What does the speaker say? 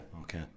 okay